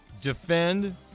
defend